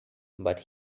but